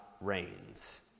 reigns